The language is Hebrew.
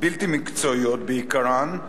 בלתי מקצועיות בעיקרן,